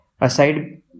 aside